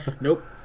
Nope